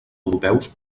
europeus